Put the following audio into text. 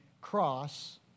cross